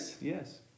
Yes